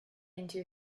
into